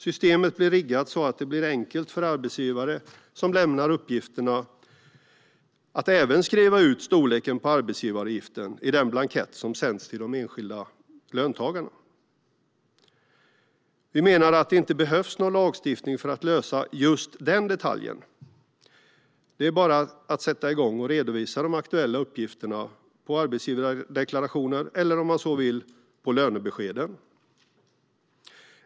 Systemet är riggat så att det blir enkelt för arbetsgivare som lämnar uppgifterna att även skriva ut storleken på arbetsgivaravgiften på den blankett som sänds till de enskilda löntagarna. Vi menar att det inte behövs någon lagstiftning för att lösa just denna detalj. Det är bara att sätta igång och redovisa de aktuella uppgifterna på arbetsgivardeklarationerna eller, om man så vill, på lönebeskeden.